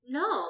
no